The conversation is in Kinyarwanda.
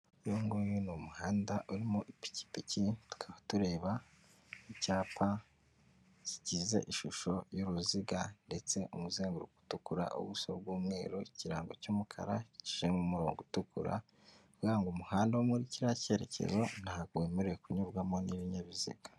Uyu nguyu ni umuhanda urimo ipikipiki ,tukaba tureba icyapa kigize ishusho y'uru ruziga ndetse umuzenguruko utukura ,ubuso bw'umweru ,ikirango cy'umukara giciyemo umurongo utukura, ni ukuvuga ngo umuhanda wo muri kiriya cyerekezo ntabwo wemerewe kunyurwamo n'ibinyabiziga.